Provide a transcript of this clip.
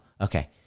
okay